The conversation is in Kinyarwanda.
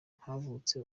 havutse